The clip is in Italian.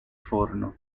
forno